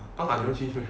cause I no change meh